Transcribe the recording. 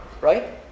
right